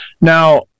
Now